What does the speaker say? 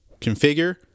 Configure